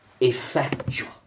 effectual